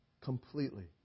Completely